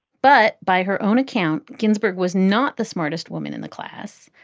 but by her own account, ginsburg was not the smartest woman in the class.